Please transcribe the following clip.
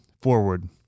forward